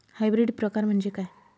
Hybrid प्रकार म्हणजे काय?